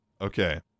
Okay